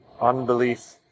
unbelief